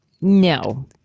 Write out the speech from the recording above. No